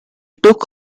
took